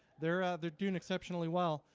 they're they're doing exceptionally. well,